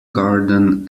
garden